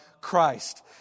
Christ